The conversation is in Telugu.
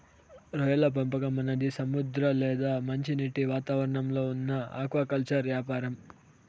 రొయ్యల పెంపకం అనేది సముద్ర లేదా మంచినీటి వాతావరణంలో ఉన్న ఆక్వాకల్చర్ యాపారం